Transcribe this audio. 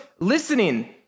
Listening